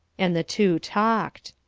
and the two talked.